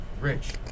Rich